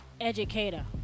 educator